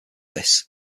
this